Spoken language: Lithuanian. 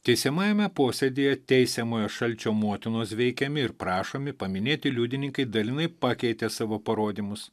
teisiamajame posėdyje teisiamojo šalčio motinos veikiami ir prašomi paminėti liudininkai dalinai pakeitė savo parodymus